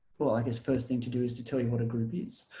well i guess first thing to do is to tell you what a group is.